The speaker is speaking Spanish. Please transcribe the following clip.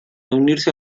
unirse